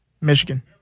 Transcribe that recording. Michigan